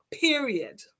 period